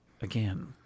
again